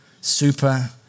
super